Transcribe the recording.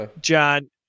John